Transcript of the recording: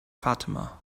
fatima